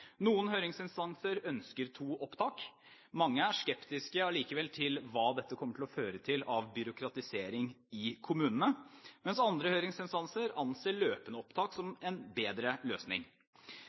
Noen høringsinstanser ønsker to opptak, mange er allikevel skeptiske til hva dette kommer til å føre til av byråkratisering i kommunene, mens andre høringsinstanser anser løpende opptak som en bedre løsning.